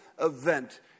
event